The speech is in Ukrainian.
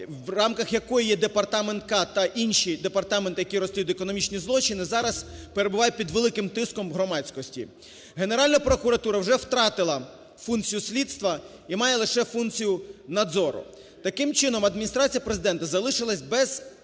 в рамках якої є департамент "К" та інші департаменти, які розслідують економічні злочини, зараз перебувають під великим тиском громадськості. Генеральна прокуратура вже втратила функцію слідства і має лише функцію надзору. Таким чином, Адміністрація Президента залишилась без свого